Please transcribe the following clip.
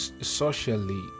socially